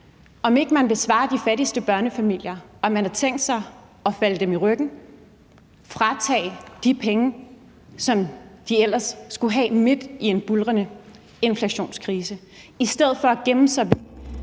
om ikke man vil svare de fattigste børnefamilier på, om man har tænkt sig at falde dem i ryggen og fratage dem de penge, som de ellers skulle have, midt i en buldrende inflationskrise, i stedet for at gemme sig